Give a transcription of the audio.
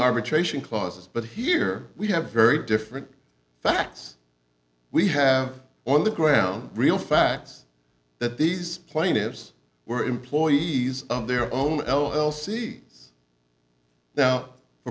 arbitration clauses but here we have very different facts we have on the ground real facts that these plaintiffs were employees of their own l l c s now